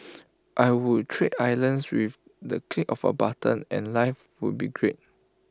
I would trade islands with the click of A button and life would be great